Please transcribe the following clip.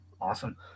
awesome